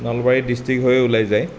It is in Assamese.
নলবাৰী ডিষ্ট্ৰিক হৈয়ে ওলাই যায়